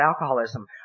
alcoholism